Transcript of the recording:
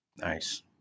Nice